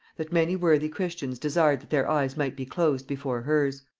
that many worthy christians desired that their eyes might be closed before hers.